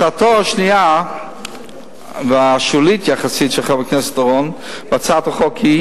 הצעתו השנייה והשולית יחסית של חבר הכנסת אורון בהצעת החוק היא